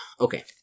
Okay